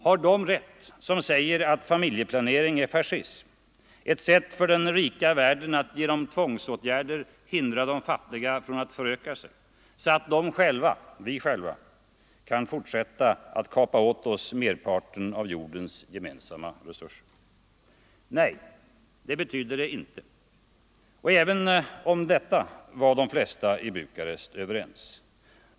Har de rätt som säger att familjeplanering är fascism, ett sätt för den rika världen att genom tvångsåtgärder hindra de fattiga från att föröka sig så att de själva — vi själva — kan fortsätta att kapa åt oss merparten av jordens gemensamma resurser? Nej, det betyder det inte. Och även om detta var de flesta i Bukarest överens.